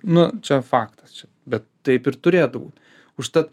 nu čia faktas bet taip ir turėtų būt užtat